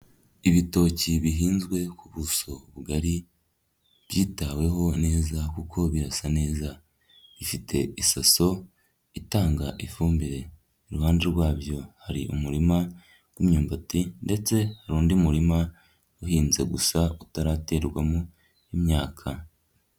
Ibitoki bihinzwe ku buso bugari byitaweho neza kuko birasa neza, bifite isaso itanga ifumbire iruhande rwabyo hari umurima w'imyumbati, ndetse hari undi murima uhinze gusa utaraterwamo imyaka.